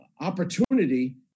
opportunity